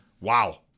Wow